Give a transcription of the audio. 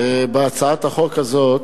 בהצעת החוק הזאת,